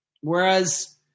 Whereas